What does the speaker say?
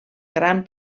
gran